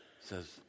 says